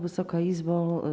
Wysoka Izbo!